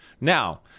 Now